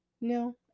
No